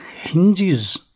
hinges